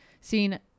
seen